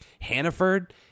Hannaford